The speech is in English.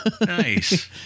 Nice